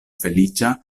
feliĉa